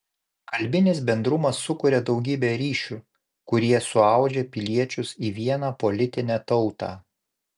kalbinis bendrumas sukuria daugybė ryšių kurie suaudžia piliečius į vieną politinę tautą